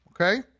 okay